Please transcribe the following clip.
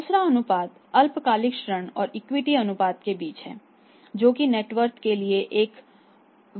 दूसरा अनुपात अल्पकालिक ऋण और इक्विटी अनुपात के बीच है जो कि नेट वर्थ के लिए एक वर्तमान देयता है